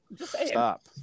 Stop